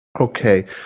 Okay